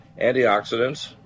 Antioxidants